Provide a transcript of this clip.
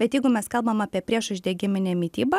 bet jeigu mes kalbam apie priešuždegiminę mitybą